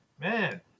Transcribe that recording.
Man